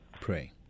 pray